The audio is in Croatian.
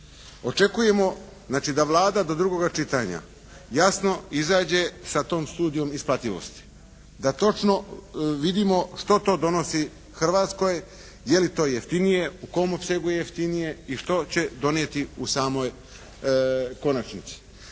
Očekujemo znači da Vlada do drugoga čitanja jasno izađe sa tom studijom isplativosti. Da točno vidimo što to donosi Hrvatskoj. Je li to jeftinije, u kom opsegu je jeftinije i što će donijeti u samoj konačnici.